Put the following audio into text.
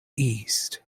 east